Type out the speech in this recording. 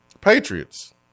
Patriots